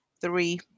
three